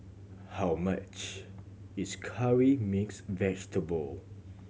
how much is Curry Mixed Vegetable